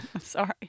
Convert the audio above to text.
sorry